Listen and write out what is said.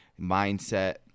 mindset